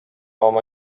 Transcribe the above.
oma